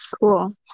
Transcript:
cool